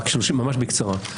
ממש בקצרה.